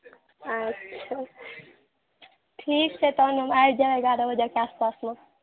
अच्छा ठीक छै तहन आबि जायब हम एगारह बजेके आसपासमे